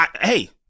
Hey